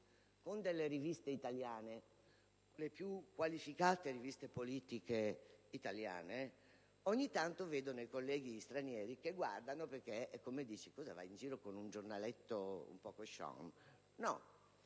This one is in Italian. con delle riviste italiane, le più qualificate riviste politiche italiane, ogni tanto vedono i colleghi stranieri che guardano e magari chiedono: vai in giro con un giornaletto un po' *cochon*? Non